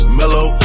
mellow